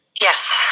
yes